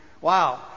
Wow